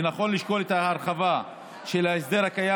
ונכונה לשקול את ההרחבה של ההסדר הקיים